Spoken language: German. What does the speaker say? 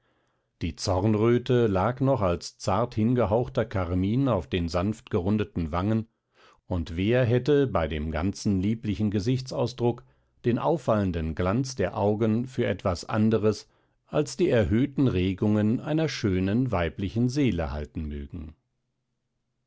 die zornröte lag noch als zart hingehauchter karmin auf den sanft gerundeten wangen und wer hätte bei dem ganzen lieblichen gesichtsausdruck den auffallenden glanz der augen für etwas anderes als die erhöhten regungen einer schönen weiblichen seele halten mögen